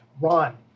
Ron